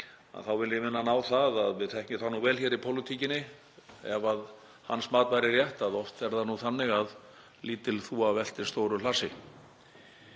þá vil ég minna á að við þekkjum það vel í pólitíkinni, ef hans mat væri rétt, að oft er það nú þannig að lítil þúfa veltir stóru hlassi.